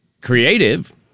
Creative